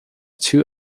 two